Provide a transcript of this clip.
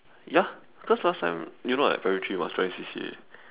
ya because last time you know like primary three must join C_C_A